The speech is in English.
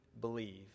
believe